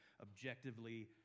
objectively